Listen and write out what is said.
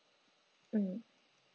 mm